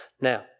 Now